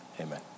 amen